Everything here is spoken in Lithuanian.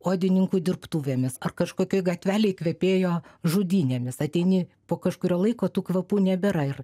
odininkų dirbtuvėmis ar kažkokioj gatvelėj kvepėjo žudynėmis ateini po kažkurio laiko tų kvapų nebėra ir